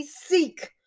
seek